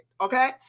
okay